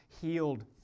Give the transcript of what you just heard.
healed